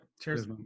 Cheers